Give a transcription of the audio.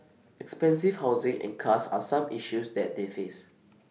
expensive housing and cars are some issues that they face